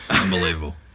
Unbelievable